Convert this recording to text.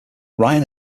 ryan